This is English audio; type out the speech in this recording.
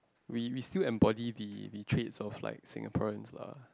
we we still embody the the traits of like Singaporeans lah